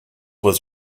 was